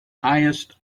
highest